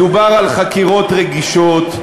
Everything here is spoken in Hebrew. מדובר על חקירות רגישות,